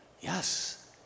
Yes